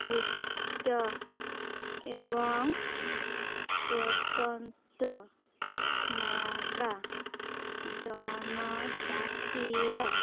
ନୃତ୍ୟ ଏବଂ ସ୍ୱତନ୍ତ୍ର ନାଗା ଜନଜାତିର